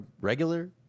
regular